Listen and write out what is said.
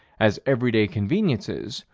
as every-day conveniences,